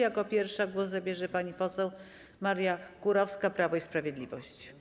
Jako pierwsza głos zabierze pani poseł Maria Kurowska, Prawo i Sprawiedliwość.